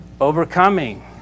overcoming